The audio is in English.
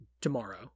tomorrow